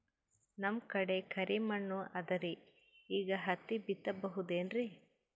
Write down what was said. ನಮ್ ಕಡೆ ಕರಿ ಮಣ್ಣು ಅದರಿ, ಈಗ ಹತ್ತಿ ಬಿತ್ತಬಹುದು ಏನ್ರೀ?